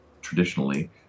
traditionally